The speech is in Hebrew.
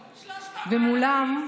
300,000. כמה אלפים,